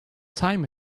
time